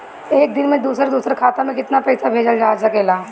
एक दिन में दूसर दूसर खाता में केतना पईसा भेजल जा सेकला?